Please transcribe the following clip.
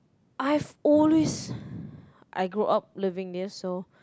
I've always I grow up loving this so